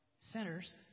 centers